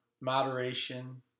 moderation